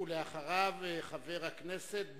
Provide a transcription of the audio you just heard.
חבר הכנסת בוים,